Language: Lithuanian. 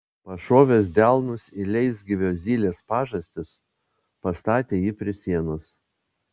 pašovęs delnus į leisgyvio zylės pažastis pastatė jį prie sienos